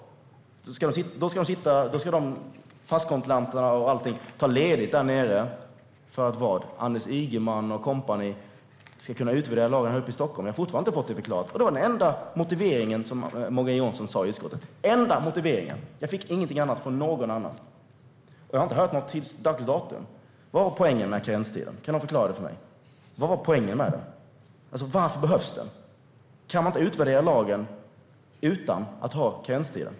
Ska passkontrollanterna och alla andra där nere ta ledigt för att Anders Ygeman och company ska kunna utvärdera lagen här uppe i Stockholm? Jag har fortfarande inte fått det förklarat. Detta är den enda motivering som Morgan Johansson förde fram i utskottet. Jag fick inte heller någon annan motivering från någon annan, och jag har inte hört någon till dags dato. Vad är poängen med karenstiden? Kan någon förklara det för mig? Varför behövs den? Kan man inte utvärdera lagen utan karenstiden?